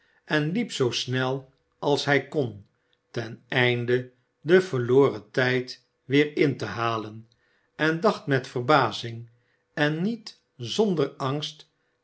en liep zoo snel als hij kon ten einde den verloren tijd weer in te halen en dacht met verbazing en niet zonder angst